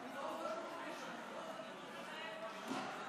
שירות הביטחון (תיקון מס'